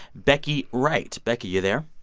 becky wright. becky, you there?